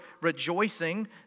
rejoicing